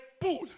pool